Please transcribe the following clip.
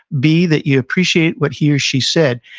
b, that you appreciate what he or she said.